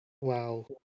Wow